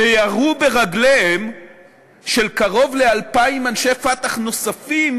וירו ברגליהם של קרוב ל-2,000 אנשי "פתח" נוספים